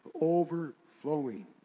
overflowing